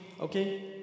okay